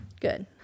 Good